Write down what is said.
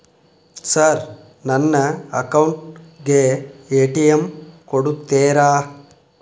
Sir ನನ್ನ account ಗೆ ATM ಕೊಡುತ್ತೇರಾ?